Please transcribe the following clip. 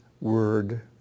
word